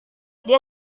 dia